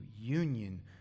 union